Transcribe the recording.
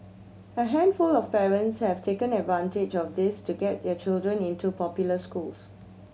a handful of parents have taken advantage of this to get their children into popular schools